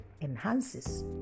enhances